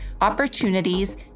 opportunities